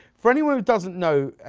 for anyone who doesn't know,